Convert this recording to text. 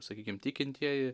sakykim tikintieji